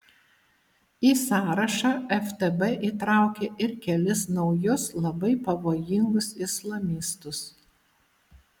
į sąrašą ftb įtraukė ir kelis naujus labai pavojingus islamistus